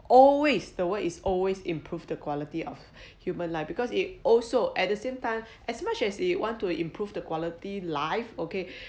always the word is always improve the quality of human life because it also at the same time as much as you want to improve the quality life okay